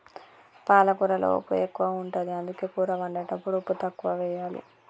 పాలకూరలో ఉప్పు ఎక్కువ ఉంటది, అందుకే కూర వండేటప్పుడు ఉప్పు తక్కువెయ్యాలి